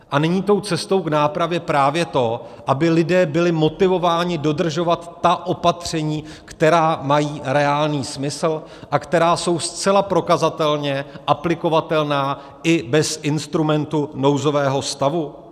A není cestou k nápravě právě to, aby lidé byli motivováni dodržovat opatření, která mají reálný smysl a která jsou zcela prokazatelně aplikovatelná i bez instrumentu nouzového stavu?